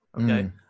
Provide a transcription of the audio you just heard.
Okay